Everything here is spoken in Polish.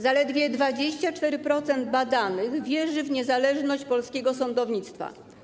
Zaledwie 24% badanych wierzy w niezależność polskiego sądownictwa.